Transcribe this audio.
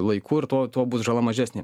laiku ir tuo tuo bus žala mažesnė